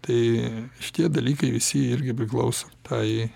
tai šitie dalykai visi irgi priklauso tai